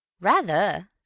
Rather